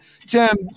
Tim